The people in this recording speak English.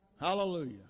Hallelujah